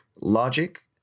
logic